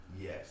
yes